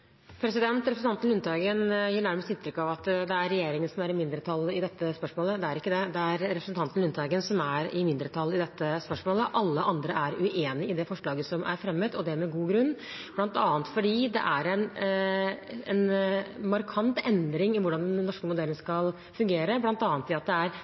Representanten Lundteigen gir nærmet inntrykk av at det er regjeringen som er i mindretall i dette spørsmålet – det er ikke det, det er representanten Lundteigen som er i mindretall i dette spørsmålet. Alle andre er uenig i det forslaget som er fremmet, og det med god grunn, bl.a. fordi det er en markant endring i hvordan den norske modellen skal fungere, bl.a. ved at det er